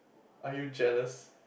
are you jealous